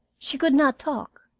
she could not talk.